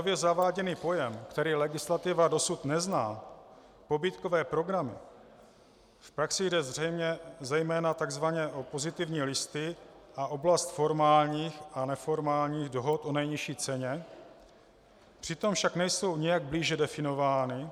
Tento nově zaváděný pojem, který legislativa dosud nezná, pobídkové programy v praxi jde zřejmě zejména takzvaně o pozitivní listy a oblast formálních a neformálních dohod o nejnižší ceně přitom však nejsou nijak blíže definovány